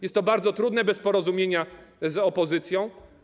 Jest to bardzo trudne bez porozumienia z opozycją.